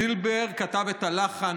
זילבר כתב את הלחן,